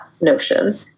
notion